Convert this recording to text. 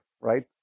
right